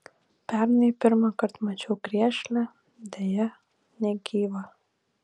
pernai pirmąkart mačiau griežlę deja negyvą